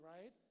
right